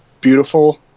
beautiful